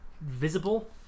visible